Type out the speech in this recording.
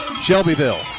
Shelbyville